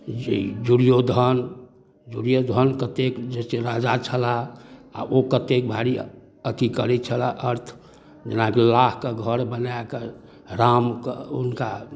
जे दुर्योधन दुर्योधन कतेक जे से राजा छलाह आओर ओ कतेक भारी अथी करै छलाह अर्थ जेनाकि लाहके घर बनाकऽ रामकऽ हुनका